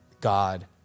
God